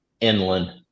inland